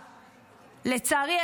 לצערי,